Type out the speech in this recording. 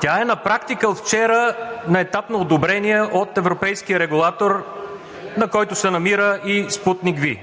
Тя е на практика от вчера на етап на одобрение от Европейския регулатор, на който се намира и „Спутник V“.